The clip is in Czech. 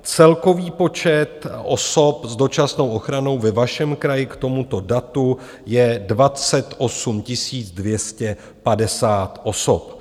Celkový počet osob s dočasnou ochranou ve vašem kraji k tomuto datu je 28 250 osob.